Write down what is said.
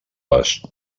les